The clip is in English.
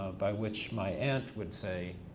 by which my aunt would say,